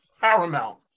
paramount